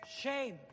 Shame